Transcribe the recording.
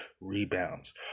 rebounds